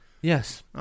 Yes